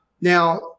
Now